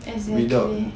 exactly